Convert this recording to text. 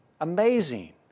Amazing